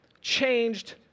changed